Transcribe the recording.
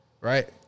right